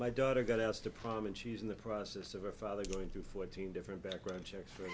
my daughter got asked to prom and she's in the process of her father going through fourteen different background checks for